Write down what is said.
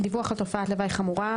דיווח על תופעת לוואי חמורה.